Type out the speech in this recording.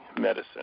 medicine